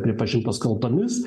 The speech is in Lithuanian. pripažintos kaltomis